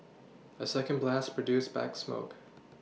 a second blast produced black smoke